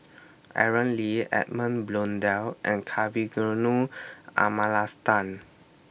Aaron Lee Edmund Blundell and Kavignareru Amallathasan